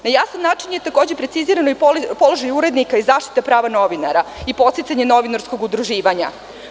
Na jasan način je takođe preciziran i položaj urednika i zaštita prava novinara i podsticanje novinarskog udruživanja.